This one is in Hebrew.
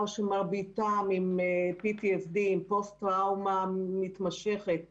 מדובר בבני נוער שמרביתם הם עם פוסט טראומה מתמשכת מילדותם,